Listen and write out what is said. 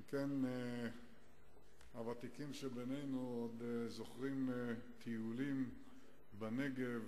הוותיקים שבינינו עוד זוכרים טיולים בנגב